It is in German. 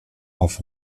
auf